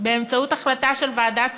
באמצעות החלטה של ועדת שרים,